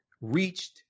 reached